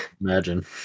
Imagine